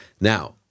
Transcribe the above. Now